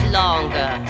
longer